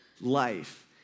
life